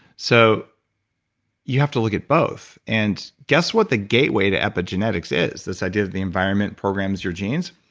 so you have to look at both. and guess what the gateway to epigenetics is, this idea that the environment programs your genes?